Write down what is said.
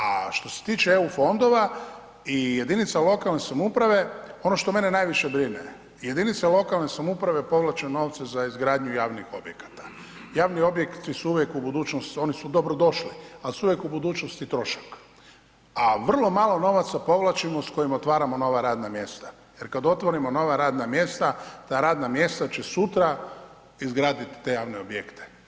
A što se tiče eu fondova i jedinica lokalne samouprave, ono što mene najviše brine jedinice lokalne samouprave povlače novce za izgradnju javnih objekata, javni objekti su uvijek dobrodošli, ali su uvijek u budućnosti trošak, a vrlo malo novaca povlačimo s kojima otvaramo nova radna mjesta jer kada otvorimo nova radna mjesta ta radna mjesta će sutra izgraditi te javne objekte.